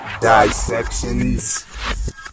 dissections